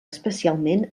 especialment